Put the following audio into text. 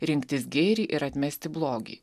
rinktis gėrį ir atmesti blogį